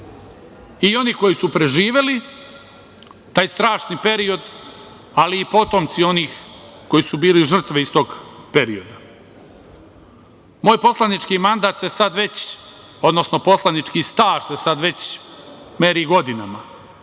i oni koji su preživeli taj strašni period, ali i potomci onih koji su bili žrtve iz tog perioda. Moj poslanički mandat, odnosno poslanički staž se sad već meri godinama.